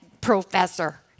professor